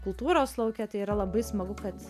kultūros lauke tai yra labai smagu kad